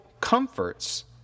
comforts